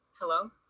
Hello